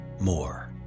more